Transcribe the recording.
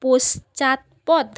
পশ্চাৎপদ